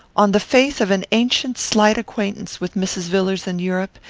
on the faith of an ancient slight acquaintance with mrs. villars in europe,